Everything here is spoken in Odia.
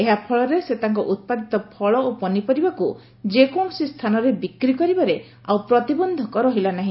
ଏହାଫଳରେ ସେ ତାଙ୍କ ଉପାଦିତ ଫଳ ଓ ପନିପରିବାକୁ କୌଣସି ସ୍ଚାନରେ ବିକ୍ରି କରିବାରେ ଆଉ ପ୍ରତିବନ୍ଧକ ରହିଲା ନାହି